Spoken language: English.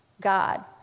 God